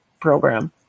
program